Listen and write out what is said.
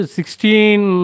Sixteen